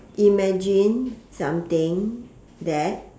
imagine something that